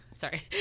Sorry